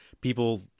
People